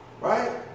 Right